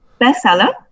Bestseller